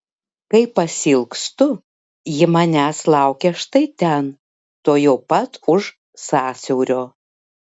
kai pasiilgstu ji manęs laukia štai ten tuojau pat už sąsiaurio